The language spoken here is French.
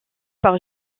par